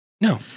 no